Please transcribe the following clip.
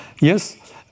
Yes